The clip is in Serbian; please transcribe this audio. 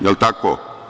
Jel tako?